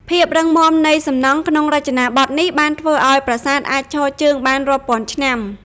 ភាពរឹងមាំនៃសំណង់ក្នុងរចនាបថនេះបានធ្វើឱ្យប្រាសាទអាចឈរជើងបានរាប់ពាន់ឆ្នាំ។